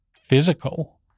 physical